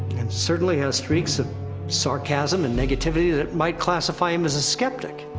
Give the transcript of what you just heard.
and certainly has streaks of sarcasm and negativity that might classify him as a skeptic.